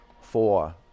four